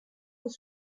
vous